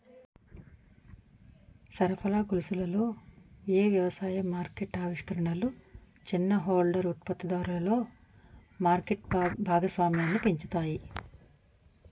సరఫరా గొలుసులలో ఏ వ్యవసాయ మార్కెట్ ఆవిష్కరణలు చిన్న హోల్డర్ ఉత్పత్తిదారులలో మార్కెట్ భాగస్వామ్యాన్ని పెంచుతాయి?